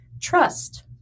trust